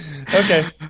Okay